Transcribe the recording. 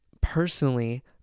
Personally